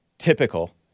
typical